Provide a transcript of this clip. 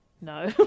No